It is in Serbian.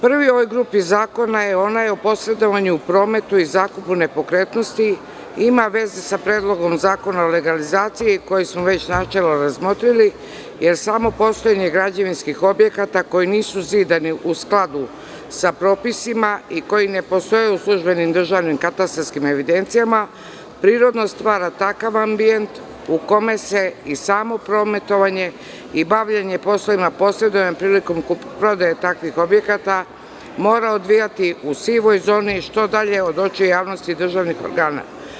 Prvi u ovoj grupi zakona je onaj o posredovanju u prometu i zakupu nepokretnosti, ima veze sa Predlogom zakona o legalizaciji koji smo već načelno razmotrili, jer samo postojanje građevinskih objekata koji nisu zidani u skladu sa propisima i koji ne postoje u službenim državnim katastarskim evidencijama, prirodno stvara takav ambijent u kome se i samo prometovanje i bavljenje poslovima posredovanja prilikom kupoprodaje takvih objekata mora odvijati u sivoj zoni, što dalje od očiju javnosti, državnih organa.